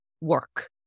work